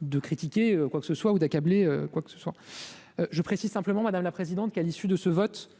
de critiquer quoi que ce soit ou d'accabler quoique ce soit, je précise simplement, madame la présidente, qu'à l'issue de ce vote,